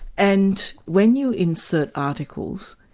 and when you insert articles,